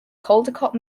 caldecott